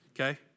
okay